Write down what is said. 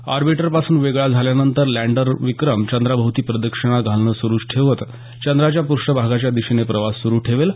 ऑर्बिटरपासून वेगळा झाल्यानंतर लँडर विक्रिम चंद्राभोवती प्रदक्षिणा घालणं सुरुच ठेवत चंद्राच्या पृष्ठभागाच्या दिशेने प्रवास सुरु ठेवेल